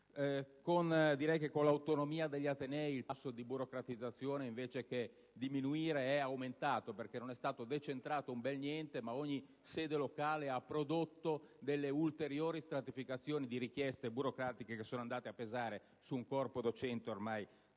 Con l'autonomia degli atenei il tasso di burocratizzazione invece di diminuire è aumentato, perché non è stato decentrato un bel niente, ma ogni sede locale ha prodotto ulteriori stratificazioni di richieste burocratiche, che sono andate a pesare su un corpo docente ormai